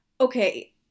Okay